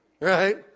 Right